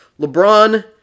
LeBron